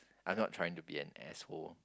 I'm not trying to be an asshole